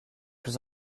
plus